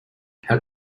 her